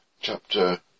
Chapter